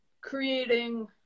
creating